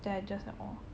then I just like orh